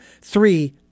three